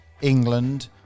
england